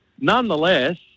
nonetheless